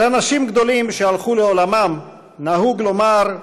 על אנשים גדולים שהלכו לעולמם, נהוג לומר: